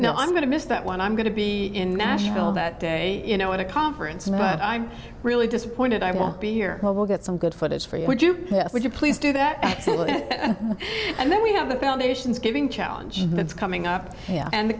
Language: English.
know i'm going to miss that one i'm going to be in nashville that day you know at a conference and but i'm really disappointed i won't be here we'll get some good footage for you would you would you please do that and then we have the foundation's giving challenge that's coming up and the